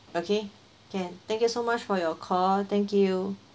okay can thank you so much for your call thank you mm